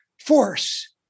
force